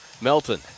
Melton